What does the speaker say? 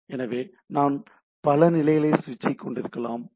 எனவே நாம் பல நிலை சுவிட்சிங் ஐ கொண்டிருக்கலாம்